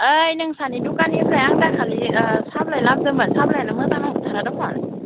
ओइ नोंस्रानि दुखाननिफ्राय आं दाखालि साब्लाय लाबोदोंमोन साब्लायना मोजां नंथारा दखन